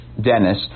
Dennis